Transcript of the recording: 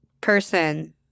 person